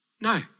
No